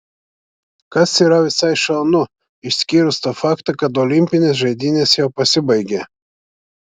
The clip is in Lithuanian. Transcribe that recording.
kas yra visai šaunu išskyrus tą faktą kad olimpinės žaidynės jau pasibaigė